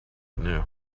knew